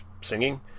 singing